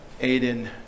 Aiden